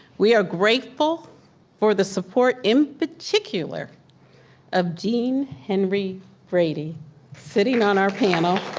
we are grateful for the support in particular of dean henry brady sitting on our panel.